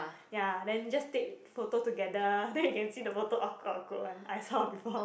ya then just take photo together then you can see the photo awkward awkward one I saw before